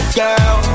girl